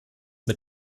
mit